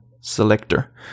selector